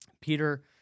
Peter